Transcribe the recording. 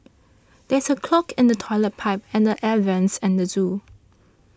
there is a clog in the Toilet Pipe and the Air Vents at the zoo